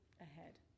ahead